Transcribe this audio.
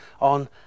on